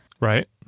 Right